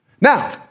Now